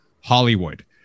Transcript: Hollywood